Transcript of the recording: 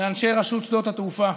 לאנשי רשות שדות התעופה,